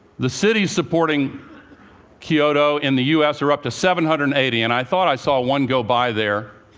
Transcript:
the cities supporting kyoto in the u s. are up to seven hundred and eighty and i thought i saw one go by there,